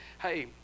Hey